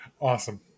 Awesome